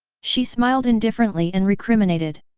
she smiled indifferently and recriminated.